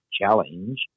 Challenge